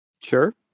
Sure